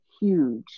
huge